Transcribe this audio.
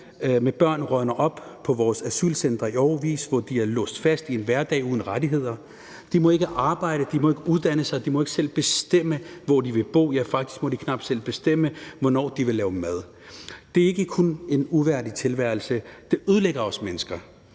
med børn rådner op på vores asylcentre i årevis, hvor de er låst fast i en hverdag uden rettigheder. De må ikke arbejde, de må ikke at uddanne sig, og de må ikke selv bestemme, hvor de vil bo – ja, faktisk må de knap selv bestemme, hvornår de vil lave mad. Det er ikke kun en uværdig tilværelse; det ødelægger også mennesker,